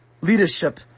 leadership